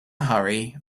hurry